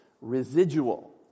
residual